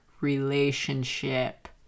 relationship